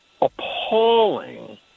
appalling